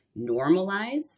normalize